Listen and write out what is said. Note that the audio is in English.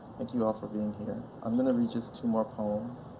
thank you all for being here. i'm going to read just two more poems